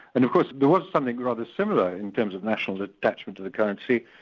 and of course there was something rather similar in terms of national attachment to the currency,